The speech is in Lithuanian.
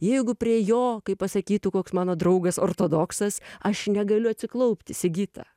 jeigu prie jo kaip pasakytų koks mano draugas ortodoksas aš negaliu atsiklaupti sigita